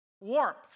Warmth